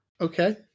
Okay